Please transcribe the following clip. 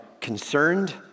concerned